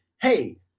hey